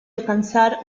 alcanzar